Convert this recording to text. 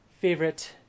favorite